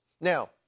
Now